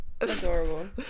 Adorable